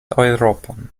eŭropon